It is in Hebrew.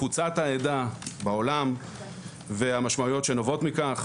תפוצת העדה בעולם והמשמעויות שנובעות מכך,